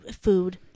food